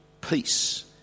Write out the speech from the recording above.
peace